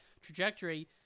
trajectory